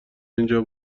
اینجا